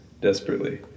desperately